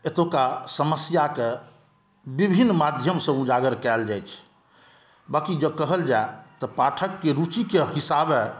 एतुका समस्याकेँ विभिन्न माध्यमसँ उजागर कयल जाइ छै बाँकि जँ कहल जाए तऽ पाठकके रुचिके हिसाबे